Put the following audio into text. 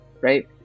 right